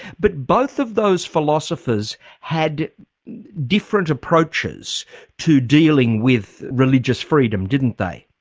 but both of those philosophers had different approaches to dealing with religious freedom didn't they?